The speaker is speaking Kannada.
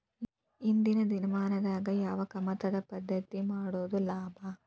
ಇಂದಿನ ದಿನಮಾನದಾಗ ಯಾವ ಕಮತದ ಪದ್ಧತಿ ಮಾಡುದ ಲಾಭ?